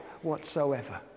whatsoever